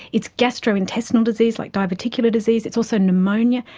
it's gastrointestinal disease like diverticular disease, it's also pneumonia,